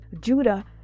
Judah